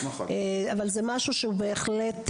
אבל זה משהו שהוא בהחלט,